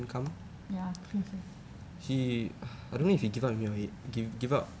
ya think so